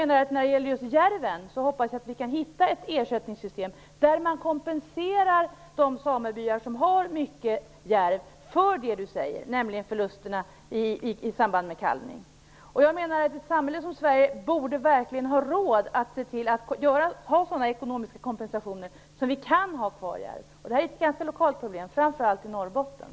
När det gäller just järven hoppas jag att vi kan hitta ett ersättningssystem där man kompenserar de samebyar som har mycket järv för förlusterna i samband med kalvning. Ett samhälle som Sverige borde verkligen ha råd att ha sådana ekonomiska kompensationer att vi kan ha kvar järv. Det är ett ganska lokalt problem, framför allt i Norrbotten.